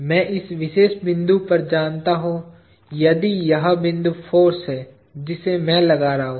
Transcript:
मैं इस विशेष बिंदु पर जानता हूं यदि यह बिंदु फाॅर्स है जिसे मैं लगा रहा हूं